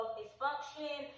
dysfunction